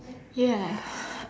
ya